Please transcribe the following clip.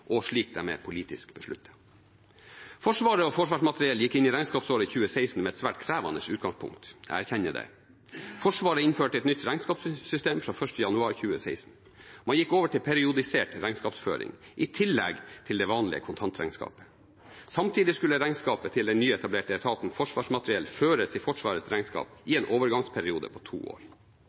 og slik det er politisk besluttet. Forsvaret og Forsvarsmateriell gikk inn i regnskapsåret 2016 med et svært krevende utgangspunkt. Jeg erkjenner det. Forsvaret innførte et nytt regnskapssystem fra 1. januar 2016. Man gikk over til periodisert regnskapsføring, i tillegg til det vanlige kontantregnskapet. Samtidig skulle regnskapet til den nyetablerte etaten Forsvarsmateriell føres i Forsvarets regnskap i en overgangsperiode på to år.